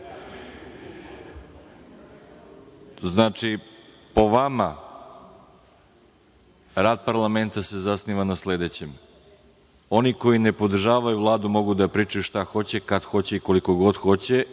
Znači, po vama, rad parlamenta se zasniva na sledećem. Oni koji ne podržavaju Vladu mogu da pričaju šta hoće, kad hoće i koliko god hoće